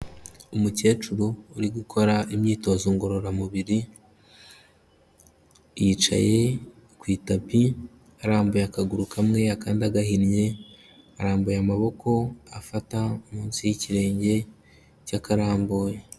Umukecuru uri gukora imyitozo ngororamubiri, yicaye ku itapi arambuye akaguru kamwe, akandi agahinnye, arambuye amaboko afata munsi y'ikirenge cy'akaramboye.